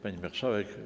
Pani Marszałek!